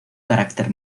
carácter